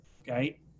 okay